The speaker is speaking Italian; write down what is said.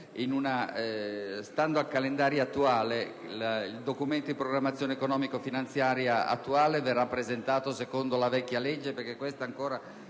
stando al calendario vigente, il Documento di programmazione economico-finanziaria attuale verrà comunque presentato secondo la vecchia legge,